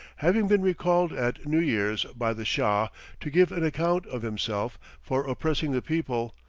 having been recalled at new year's by the shah to give an account of himself for oppressing the people,